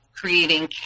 creating